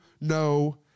no